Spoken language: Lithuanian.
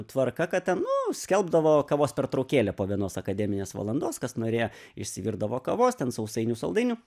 tvarka kad ten nu skelbdavo kavos pertraukėlę po vienos akademinės valandos kas norėjo išsivirdavo kavos ten sausainių saldainių